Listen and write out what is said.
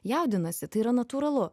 jaudinasi tai yra natūralu